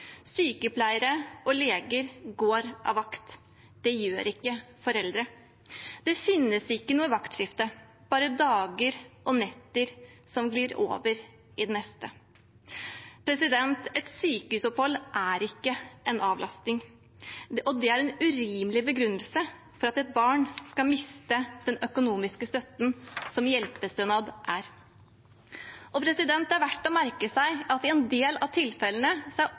Sykepleiere og leger går av vakt – det gjør ikke foreldrene. Det finnes ikke noe vaktskifte, bare dager og netter som glir over i den neste.» Et sykehusopphold er ikke en avlastning. Det er en urimelig begrunnelse for at et barn skal miste den økonomisk støtten som hjelpestønad er. Det er verdt å merke seg at i en del av tilfellene er